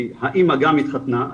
כי האמא גם התחתנה,